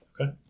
okay